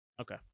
Okay